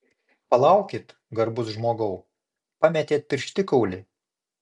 palaukit garbus žmogau pametėt pirštikaulį